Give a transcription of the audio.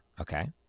okay